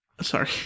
sorry